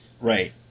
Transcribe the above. Right